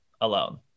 alone